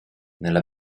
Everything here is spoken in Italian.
nella